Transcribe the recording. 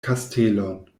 kastelon